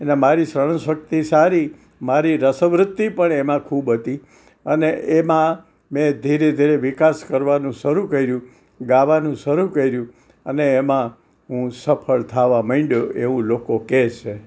અને મારી શ્રવણશકિત સારી મારી રસવૃત્તિ પણ એમાં ખૂબ હતી અને એમાં મેં ધીરે ધીરે વિકાસ કરવાનો શરુ કર્યું ગાવાનું શરુ કર્યું અને એમાં હું સફળ થવા માંડયો એવું લોકો કહે છે